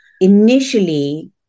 initially